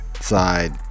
side